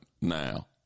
now